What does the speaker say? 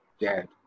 dead